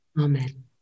Amen